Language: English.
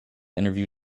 interview